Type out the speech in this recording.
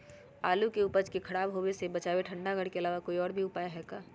आलू के उपज के खराब होवे से बचाबे ठंडा घर के अलावा कोई और भी उपाय है का?